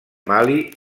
mali